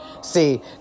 See